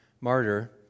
martyr